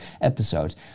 episodes